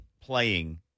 playing